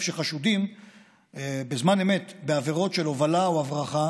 שחשודים בזמן אמת בעבירות של הובלה או הברחה